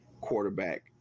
quarterback